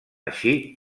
així